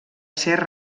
ser